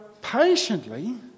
patiently